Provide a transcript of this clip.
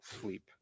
sleep